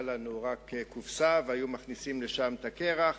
לנו רק קופסה והיו מכניסים לשם את הקרח.